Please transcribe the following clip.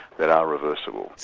that are reversible.